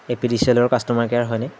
এ P D C এলৰ customer care হয়নে